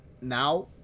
now